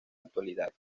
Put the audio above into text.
actualidad